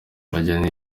bana